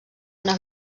una